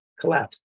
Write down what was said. collapse